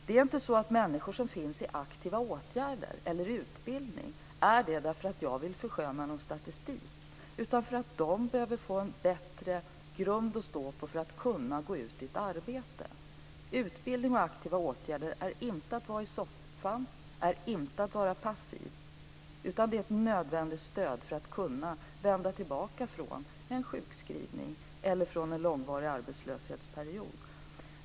Det är inte så att människor som finns i aktiva åtgärder eller utbildning är det därför att jag vill försköna någon statistik, utan därför att de behöver få en bättre grund att stå på för att kunna gå ut i ett arbete. Utbildning och aktiva åtgärder är inte att vara i soffan, är inte att vara passiv, utan det är ett nödvändigt stöd för att kunna vända tillbaka från en sjukskrivning eller från en långvarig arbetslöshetsperiod.